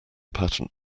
patent